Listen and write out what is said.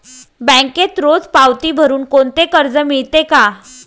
बँकेत रोज पावती भरुन कोणते कर्ज मिळते का?